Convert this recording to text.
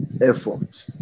effort